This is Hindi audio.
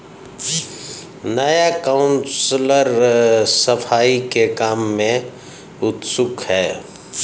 नया काउंसलर सफाई के काम में उत्सुक है